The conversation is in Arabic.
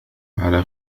على